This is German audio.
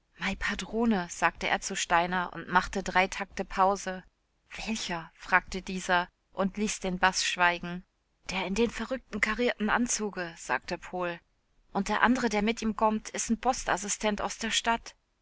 padrone sagte er zu steiner und machte drei takte pause welcher fragte dieser und ließ den baß schweigen der in den verrückten garrierten anzuge sagte pohl und der andere der mit ihm gommt is n bostassistent aus der stadt